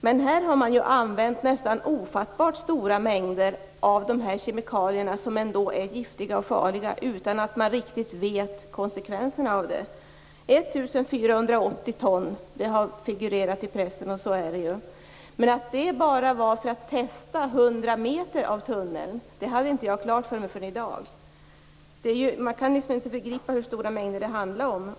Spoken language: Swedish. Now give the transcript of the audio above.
Men här har nästan ofattbart stora mängder använts av dessa kemikalier, som är giftiga och farliga, utan att man riktigt vet vilka konsekvenserna blir. Siffran 1 480 ton har figurerat i pressen. Men att detta endast var för att testa 100 meter av tunneln hade jag inte klart för mig förrän i dag. Man kan inte begripa hur stora mängder det handlar om.